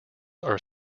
are